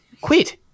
Quit